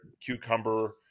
cucumber